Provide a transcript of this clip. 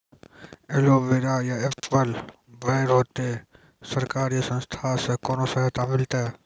Aloe vera या apple बैर होते? सरकार या संस्था से कोनो सहायता मिलते?